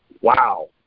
Wow